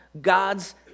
God's